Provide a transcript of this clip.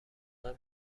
منم